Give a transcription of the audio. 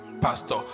Pastor